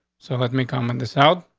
so let me come in this out.